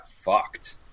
fucked